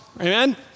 amen